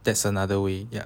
that's another way ya